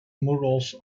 murals